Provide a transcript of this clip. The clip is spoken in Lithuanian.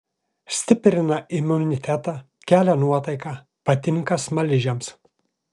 stiprina imunitetą kelia nuotaiką patinka smaližiams